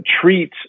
treat